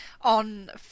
on